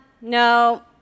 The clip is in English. no